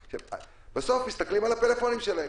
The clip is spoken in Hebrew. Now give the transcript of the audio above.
בסוף מסתכלים על הפלאפונים שלהם.